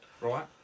right